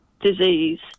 disease